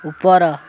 ଉପର